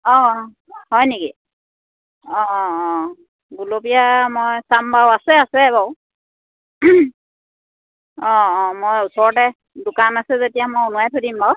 অঁ হয় নেকি অঁ অঁ গোলপীয়া মই চাম বাৰু আছে আছে বাৰু অঁ অঁ মই ওচৰতে দোকান আছে যেতিয়া মই অনোৱাই থৈ দিম বাৰু